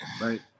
Right